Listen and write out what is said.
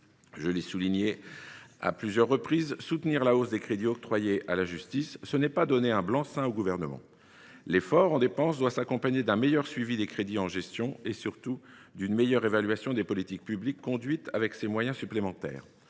Je l’ai souligné à plusieurs reprises : soutenir la hausse des crédits octroyés à la justice, ce n’est pas donner un blanc seing au Gouvernement. L’effort en dépenses doit s’accompagner d’un meilleur suivi des crédits en gestion et, surtout, d’une meilleure évaluation des politiques publiques conduites avec ces moyens supplémentaires.